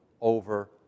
over